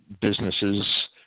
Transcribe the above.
businesses